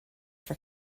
for